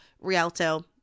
Rialto